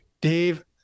dave